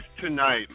tonight